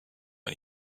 ein